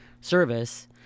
service